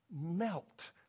melt